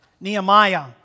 Nehemiah